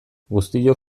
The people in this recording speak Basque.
guztiok